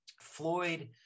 Floyd